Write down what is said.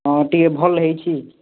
ହଁ ଟିକିଏ ଭଲ ହେଇଛି